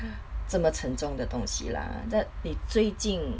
这么沉重的东西 lah that 你最近